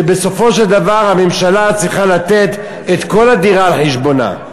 שבסופו של דבר הממשלה צריכה לתת את כל הדירה על חשבונה.